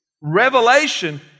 Revelation